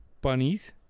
bunnies